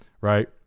Right